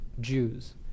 Jews